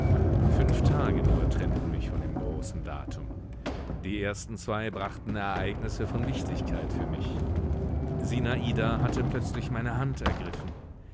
fünf tage nur trennten mich von dem großen datum die ersten zwei brachten ereignisse von wichtigkeit für mich sinada hatte plötzlich meine hand ergriffen